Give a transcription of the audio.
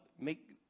make